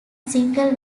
single